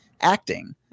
acting